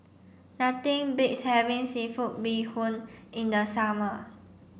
nothing beats having seafood Bee Hoon in the summer